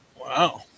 Wow